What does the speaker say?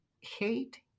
hate